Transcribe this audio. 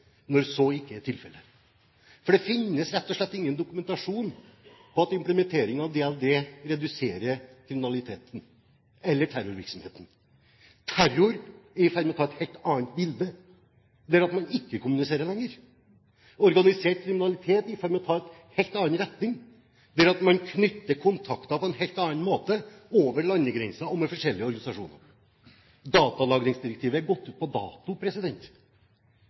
når så ikke er tilfellet. Det finnes rett og slett ingen dokumentasjon på at implementering av datalagringsdirektivet reduserer kriminaliteten eller terrorvirksomheten. Terror er i ferd med å gi et helt annet bilde, der man ikke kommuniserer lenger. Organisert kriminalitet er i ferd med å ta en helt annen retning, der man knytter kontakter på en helt annen måte over landegrenser og med forskjellige organisasjoner. Datalagringsdirektivet er gått ut på dato